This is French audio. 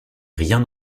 rien